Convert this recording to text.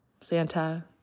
Santa